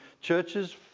churches